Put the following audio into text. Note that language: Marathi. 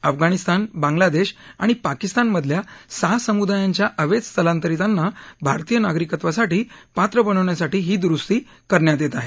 अफगाणिस्तान बांग्लादेश आणि पाकिस्तानमधल्या सहा समुदायांच्या अवैध स्थलांतरितांना भारतीय नागरिकत्वासाठी पात्र बनवण्यासाठी ही दुरुस्ती करण्यात येत आहे